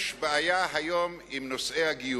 יש בעיה היום עם נושאי הגיור.